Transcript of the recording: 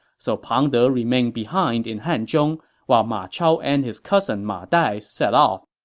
so pang de remained behind in hanzhong while ma chao and his cousin ma dai set off.